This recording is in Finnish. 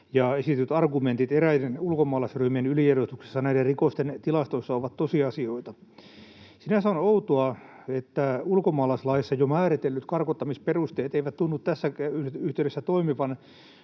esitetyt argumentit eräiden ulkomaalaisryhmien yliedustuksesta näiden rikosten tilastoissa ovat tosiasioita. Sinänsä on outoa, että ulkomaalaislaissa jo määritellyt karkottamisperusteet eivät tunnu tässä yhteydessä toimivan.